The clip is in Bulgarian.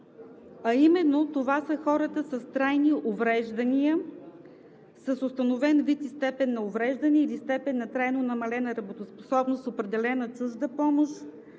Именно това са: „Хората с трайни увреждания, с установен вид степен на увреждане и степен на трайно намалена работоспособност, определена чужда помощ,